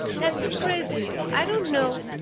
that's crazy. i don't know